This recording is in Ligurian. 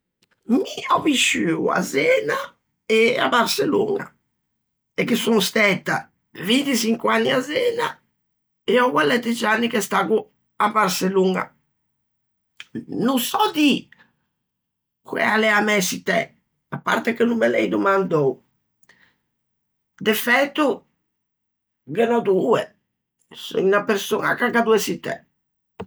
Mi ò visciuo à Zena e à Barçeloña, e ghe son stæta 25 anni à Zena e oua l'é dex'anni che staggo à Barçeloña. No sò dî quæ a l'é a mæ çittæ, à parte che no me l'ei domandou, de fæto ghe m'ò doe, son unna persoña ch'a l'à doe çittæ.